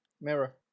Mirror